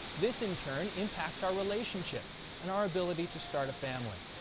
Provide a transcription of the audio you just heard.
this, in turn, impacts our relationships and our ability to start a family.